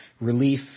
relief